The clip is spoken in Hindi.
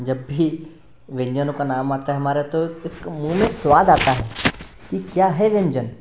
जब भी व्यंजनों का नाम आता है हमारा तो एक मुँह में स्वाद आता है कि क्या है व्यंजन